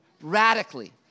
radically